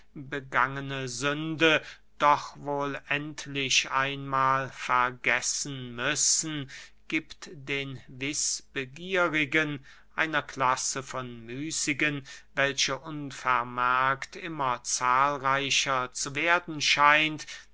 begangene sünde doch wohl endlich einmahl vergessen müssen giebt den wißbegierigen einer klasse von müßigen welche unvermerkt immer zahlreicher zu werden scheint